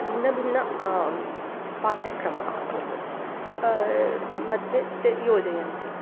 भिन्नभिन्न पाठ्यक्रमः कोर्सस्मध्ये ते योजयन्ति